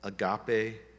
agape